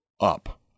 up